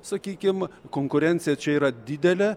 sakykim konkurencija čia yra didelė